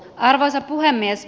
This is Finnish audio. arvoisa puhemies